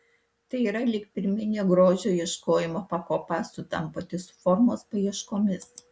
tai yra lyg pirminė grožio ieškojimo pakopa sutampanti su formos paieškomis